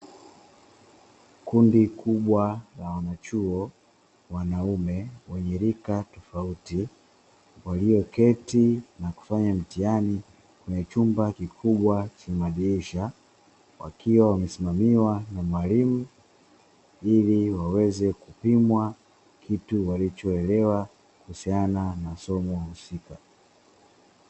Kundi kubwa la wanachuo wanaume wenye rika tofauti, walioketi na kufanya mtihani kwenye chumba kikubwa chenye madirisha wakiwa wamesimamiwa na mwalimu ili waweze kupimwa kitu walichoelewa kuhusiana na somo husika.